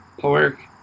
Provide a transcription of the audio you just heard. pork